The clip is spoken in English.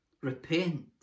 Repent